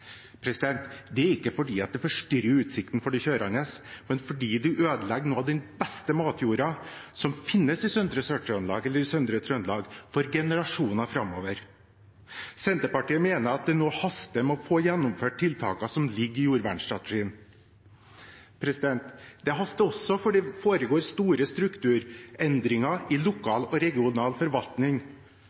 Det er ikke fordi det forstyrrer utsikten for de kjørende, men fordi det ødelegger noe av den beste matjorda som finnes i søndre Trøndelag for generasjoner framover. Senterpartiet mener at det nå haster med å få gjennomført tiltakene som ligger i jordvernstrategien. Det haster fordi det foregår store strukturendringer i lokal og regional forvaltning